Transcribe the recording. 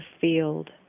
field